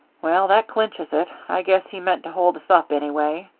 well, that cinches it. i guess he meant to hold us up, anyway,